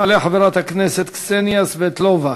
תעלה חברת הכנסת קסניה סבטלובה,